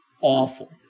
Awful